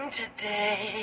today